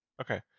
Okay